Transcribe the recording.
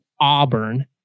Auburn